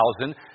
thousand